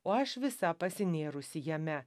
o aš visa pasinėrusi jame